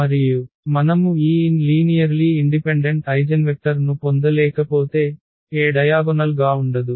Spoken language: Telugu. మరియు మనము ఈ n లీనియర్లీ ఇండిపెండెంట్ ఐగెన్వెక్టర్ ను పొందలేకపోతే A డయాగొనల్ గా ఉండదు